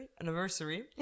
Anniversary